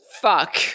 fuck